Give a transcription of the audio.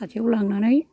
हाथायाव लांनानै